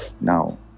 now